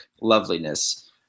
loveliness